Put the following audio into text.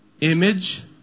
Image